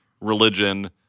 religion